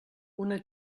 una